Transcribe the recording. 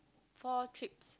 four trips